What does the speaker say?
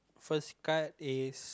first card is